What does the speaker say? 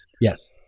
Yes